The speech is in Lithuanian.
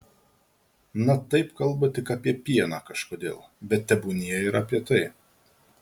na taip kalba tik apie pieną kažkodėl bet tebūnie ir apie tai